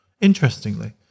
Interestingly